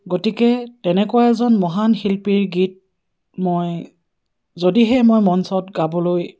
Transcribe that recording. গতিকে তেনেকুৱা এজন মহান শিল্পীৰ গীত মই যদিহে মই মঞ্চত গাবলৈ